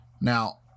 Now